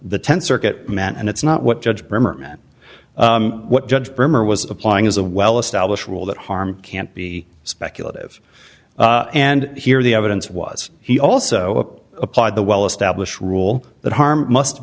the th circuit man and it's not what judge berman what judge bremer was applying is a well established rule that harm can't be speculative and here the evidence was he also applied the well established rule that harm must